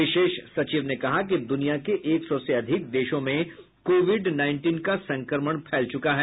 विशेष सचिव ने कहा कि दुनिया के एक सौ से अधिक देशों में कोविड उन्नीस का संक्रमण फैल चुका है